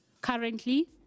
currently